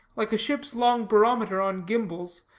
like a ship's long barometer on gimbals,